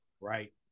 right